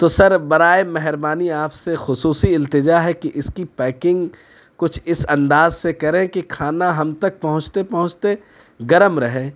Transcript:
تو سر برائے مہربانی آپ سے خصوصی التجا ہے کہ اس کی پیکنگ کچھ اس انداز سے کریں کہ کھانا ہم تک پہنچتے پہنچتے گرم رہے